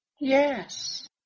Yes